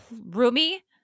roomy